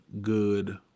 good